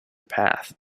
path